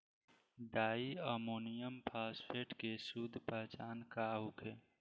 Di ammonium phosphate के शुद्ध पहचान का होखे?